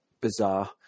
bizarre